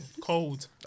Cold